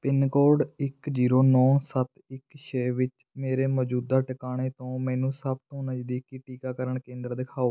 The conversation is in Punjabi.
ਪਿੰਨ ਕੋਡ ਇੱਕ ਜ਼ੀਰੋ ਨੌ ਸੱਤ ਇੱਕ ਛੇ ਵਿੱਚ ਮੇਰੇ ਮੌਜੂਦਾ ਟਿਕਾਣੇ ਤੋਂ ਮੈਨੂੰ ਸਭ ਤੋਂ ਨਜ਼ਦੀਕੀ ਟੀਕਾਕਰਨ ਕੇਂਦਰ ਦਿਖਾਓ